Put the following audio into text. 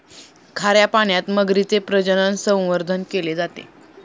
खाऱ्या पाण्यात मगरीचे प्रजनन, संवर्धन केले जाते